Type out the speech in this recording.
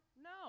No